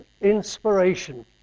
inspiration